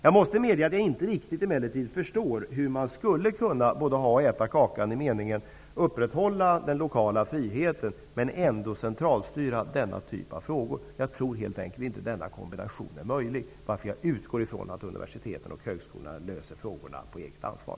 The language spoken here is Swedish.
Jag måste medge att jag emellertid inte riktigt förstår hur man skulle kunna både ha och äta kakan i meningen att upprätthålla den lokala friheten men ändå centralstyra denna typ av frågor. Jag tror helt enkelt inte denna kombination är möjlig, varför jag utgår ifrån att universitet och högskolor löser frågorna under eget ansvar.